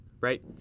right